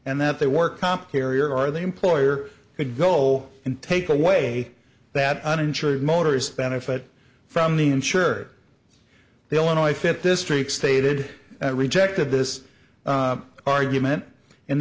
and that they work comp carrier or the employer could go and take away that uninsured motors benefit from the insured the illinois fifth district stated rejected this argument and